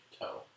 toe